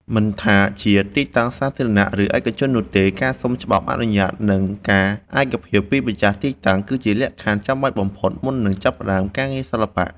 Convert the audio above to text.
មិនថាជាទីតាំងសាធារណៈ ឬឯកជននោះទេ ការសុំច្បាប់អនុញ្ញាត និងការឯកភាពពីម្ចាស់ទីតាំង គឺជាលក្ខខណ្ឌចាំបាច់បំផុតមុននឹងចាប់ផ្ដើមការងារសិល្បៈ។